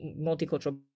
multicultural